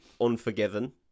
Unforgiven